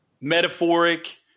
metaphoric